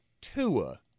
Tua